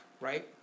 right